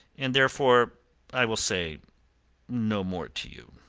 and therefore i will say no more to you.